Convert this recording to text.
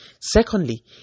Secondly